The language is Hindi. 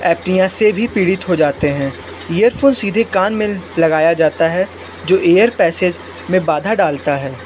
एक्नियाँ से भी पीड़ित हो जाते हैं इयरफोन सीधे कान में लगाया जाता है जो इयरपेसेज़ में बाधा डालता है